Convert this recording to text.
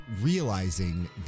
realizing